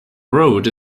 road